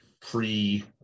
pre